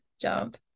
jump